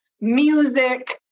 music